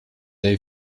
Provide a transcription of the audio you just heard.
dave